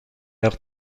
mer